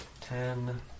ten